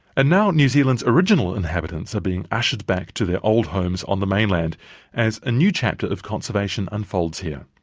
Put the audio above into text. and now new zealand's original inhabitants are being ushered back to their old homes on the mainland as a new chapter of conservation unfolds here.